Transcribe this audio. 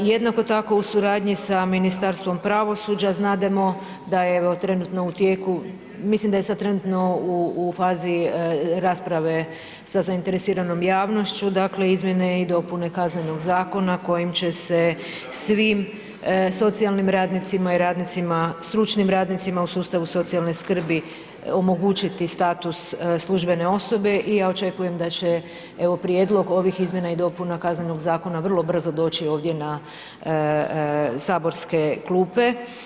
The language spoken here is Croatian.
Jednako tako, u suradnji sa Ministarstvom pravosuđa, znademo da je u trenutno u tijeku, mislim da je sad trenutno u fazi rasprave sa zainteresiranom javnošću, dakle izmjene i dopune Kaznenog zakona kojim će se svim socijalnim radnicima i stručnim radnicima u sustavu socijalne skrbi omogućiti status službene osobe i ja očekujem da će, evo, prijedlog ovih izmjena i dopuna Kaznenog zakona vrlo brzo doći ovdje na saborske klupe.